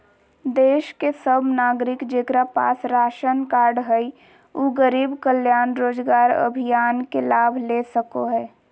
देश के सब नागरिक जेकरा पास राशन कार्ड हय उ गरीब कल्याण रोजगार अभियान के लाभ ले सको हय